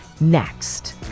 next